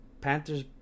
panthers